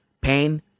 pain